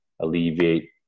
alleviate